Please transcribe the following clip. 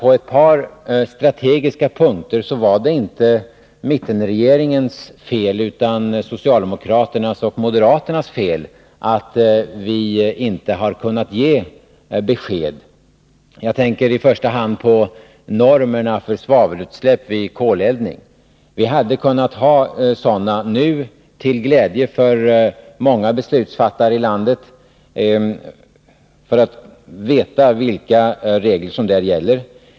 På ett par strategiska punkter, Birgitta Dahl, var det inte mittenregeringens fel utan socialdemokraternas och moderaternas fel att vi inte har kunnat ge besked. Jag tänker i första hand på normerna för svavelutsläpp vid koleldning. Vi hade kunnat ha sådana nu, till glädje för många beslutsfattare ilandet som behöver veta vilka regler som gäller.